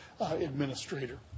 administrator